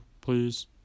please